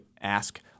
ask